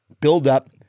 buildup